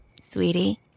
Sweetie